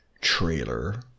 trailer